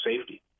safety